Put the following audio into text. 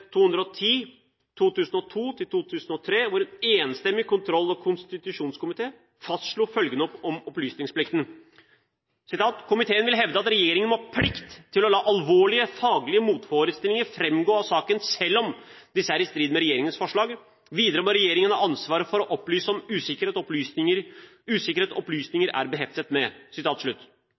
210 for 2002–2003, hvor en enstemmig kontroll- og konstitusjonskomité fastslo følgende om opplysningsplikten: «Komiteen vil hevde at regjeringen må ha plikt til å la alvorlige faglige motforestillinger fremgå av saken selv om disse er i strid med regjeringens forslag. Videre må regjeringen ha ansvar for å opplyse om usikkerhet opplysninger er beheftet med.»